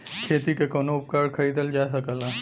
खेती के कउनो उपकरण खरीदल जा सकला